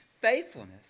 faithfulness